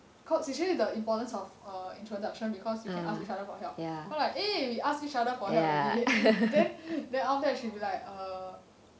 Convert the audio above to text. cause usually the importance of err introduction because you can ask each other for help or like eh we ask each other for help already then then after that she be like err